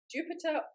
Jupiter